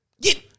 Get